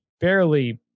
barely